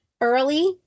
early